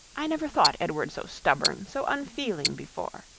i never thought edward so stubborn, so unfeeling before.